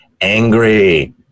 angry